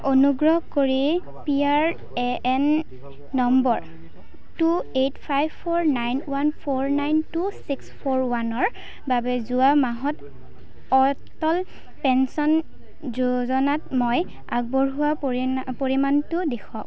অনুগ্ৰহ কৰি P R A N number two eight five four nine one four nine two six four ওৱানৰ বাবে যোৱা মাহত অটল পেঞ্চন যোজনাত মই আগবঢ়োৱা পৰিণা পৰিমাণটো দেখুৱাওক